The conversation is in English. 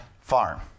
farm